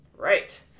Right